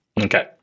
Okay